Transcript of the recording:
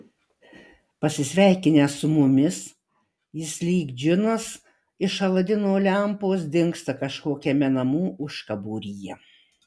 pasisveikinęs su mumis jis lyg džinas iš aladino lempos dingsta kažkokiame namų užkaboryje